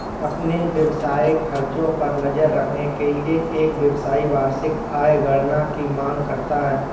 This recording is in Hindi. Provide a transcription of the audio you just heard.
अपने व्यावसायिक खर्चों पर नज़र रखने के लिए, एक व्यवसायी वार्षिक आय गणना की मांग करता है